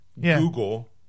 Google